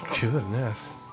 Goodness